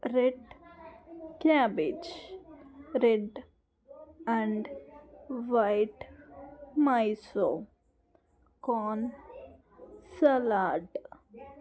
red cabbage red and white miso corn salad